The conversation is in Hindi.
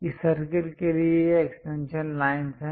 इस सर्कल के लिए ये एक्सटेंशन लाइनस् हैं